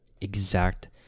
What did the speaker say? exact